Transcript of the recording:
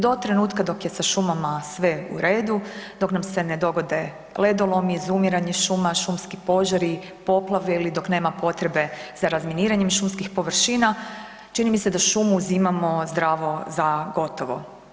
Do trenutka dok je sa šumama sve u redu, dok nam se ne dogode ledolomi, izumiranje šuma, šumski požari, poplave ili dok nema potrebe za razminiranjem šumskih površina čini mi se da šumu uzimamo zdravo za gotovo.